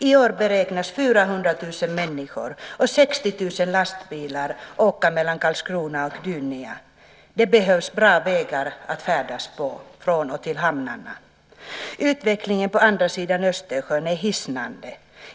I år beräknas 400 000 människor och 60 000 lastbilar åka mellan Karlskrona och Gdynia. Det behövs bra vägar att färdas på från och till hamnarna. Utvecklingen på andra sidan Östersjön är hisnande.